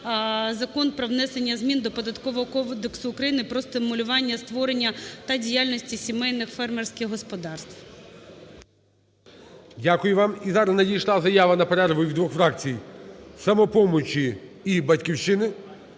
Закон про внесення змін до Податкового кодексу України про стимулювання, створення та діяльності сімейних фермерських господарств. ГОЛОВУЮЧИЙ. Дякую вам. І зараз надійшла заява на перерву від двох фракцій: "Самопоміч" і "Батьківщини".